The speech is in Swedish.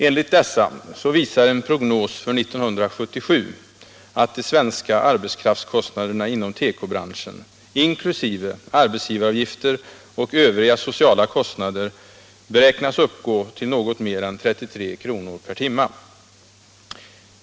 Enligt dessa uppgifter visar en prognos för 1977 att de svenska arbetskraftskostnaderna inom tekobranschen inkl. arbetsgivaravgifter och övriga sociala kostnader beräknas uppgå till något mer än 33 kr. per timme.